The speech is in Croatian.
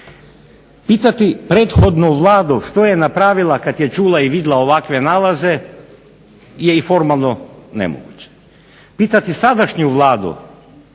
Pitati prethodnu vladu što je napravila kada je čula i vidjela ovakve nalaze je i formalno nemoguće. Pitati sadašnju Vladu